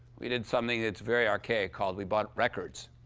we did something that's very archaic, called we bought records.